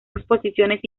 exposiciones